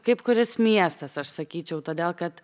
kaip kuris miestas aš sakyčiau todėl kad